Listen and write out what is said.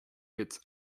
its